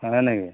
হয় নেকি